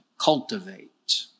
cultivate